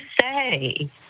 say